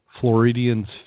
Floridians